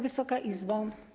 Wysoka Izbo!